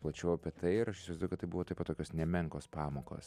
plačiau apie tai ir aš įsivaizduoju kad tai buvo taip pat tokios nemenkos pamokos